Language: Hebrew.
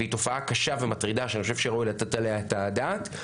והיא תופעה קשה ומטרידה ואני חושב שראוי לתת עליה את הדעת,